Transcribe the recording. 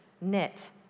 knit